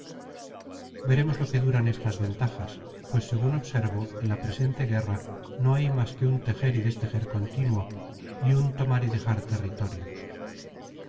veremos lo que duran estas ventajas pues según observo en la presente guerra no hay mas que un tejer y destejer continuo y un tomar y dejar territorios